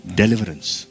deliverance